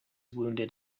wounded